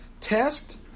tasked